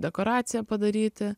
dekoraciją padaryti